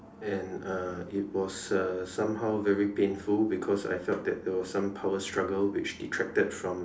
and uh it was uh somehow very painful because I felt that there was some power struggles which detracted from